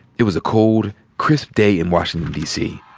it was a cold, crisp day in washington, dc.